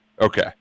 Okay